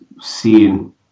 seeing